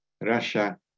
Russia